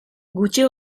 gutxi